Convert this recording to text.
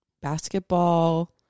basketball